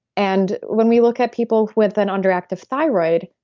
and when we look at people with an underactive thyroid,